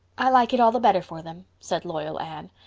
i like it all the better for them, said loyal anne.